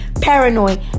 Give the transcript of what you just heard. paranoid